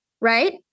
right